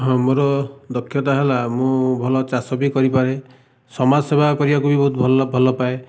ହଁ ମୋର ଦକ୍ଷତା ହେଲା ମୁଁ ଭଲ ଚାଷ ବି କରିପାରେ ସମାଜ ସେବା କରିବାକୁ ବି ବହୁତ ଭଲ ଭଲପାଏ